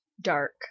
dark